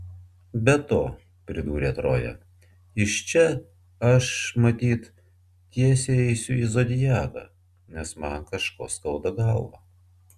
be to pridūrė troja iš čia aš matyt tiesiai eisiu į zodiaką nes man kažko skauda galvą